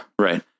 Right